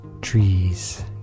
trees